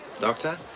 Doctor